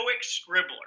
Scribbler